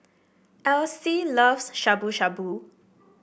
Alyse loves Shabu Shabu